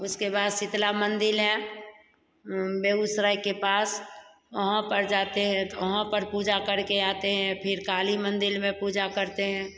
उसके बाद शीतला मंदिर है बेगूसराय के पास वहाँ पर जाते हैं तो वहाँ पर पूजा करके आते हैं फिर काली मंदिर में पूजा करते हैं